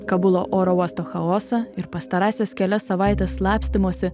kabulo oro uosto chaosą ir pastarąsias kelias savaites slapstymosi